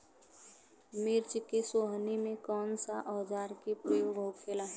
मिर्च के सोहनी में कौन सा औजार के प्रयोग होखेला?